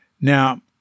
Now